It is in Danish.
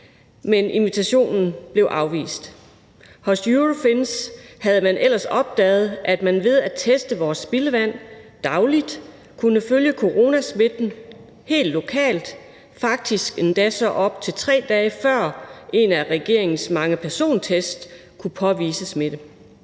men invitationen blev afvist. Hos Eurofins havde man ellers opdaget, at man ved at teste vores spildevand dagligt kunne følge coronasmitten helt lokalt – faktisk endda op til tre dage før en af regeringens mange persontest kunne påvise smitte.